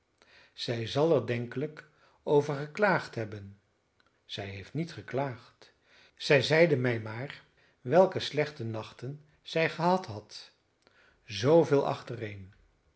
zij zal er denkelijk over geklaagd hebben zij heeft niet geklaagd zij zeide mij maar welke slechte nachten zij gehad hadt zooveel achtereen